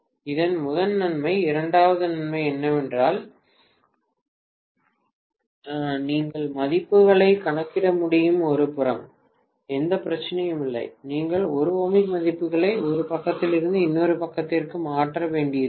இது முதல் நன்மை இரண்டாவது நன்மை என்னவென்றால் நீங்கள் மதிப்புகளை கணக்கிட முடியும் ஒருபுறம் எந்த பிரச்சனையும் இல்லை நீங்கள் 1 ஓமிக் மதிப்புகளை ஒரு பக்கத்திலிருந்து இன்னொரு பக்கத்திற்கு மாற்ற வேண்டியதில்லை